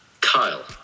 Kyle